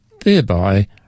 thereby